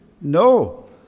no